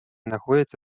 находятся